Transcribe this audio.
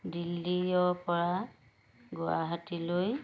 দিল্লীৰ পৰা গুৱাহাটীলৈ